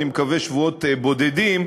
אני מקווה שבועות בודדים,